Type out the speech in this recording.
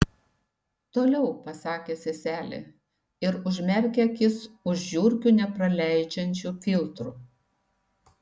toliau pasakė seselė ir užmerkė akis už žiurkių nepraleidžiančių filtrų